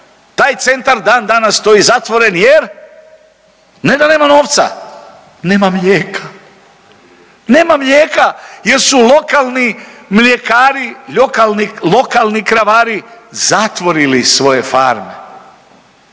Taj centar dan danas stoji zatvoren, jer ne da nema novca, nema mlijeka. Nema mlijeka jer su lokalni mljekari, lokalni kravari zatvorili svoje farme.